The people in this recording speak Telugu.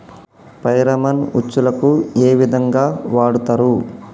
ఫెరామన్ ఉచ్చులకు ఏ విధంగా వాడుతరు?